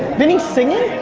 vinny's singing?